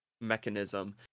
mechanism